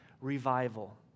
revival